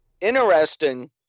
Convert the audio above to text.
interesting